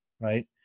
right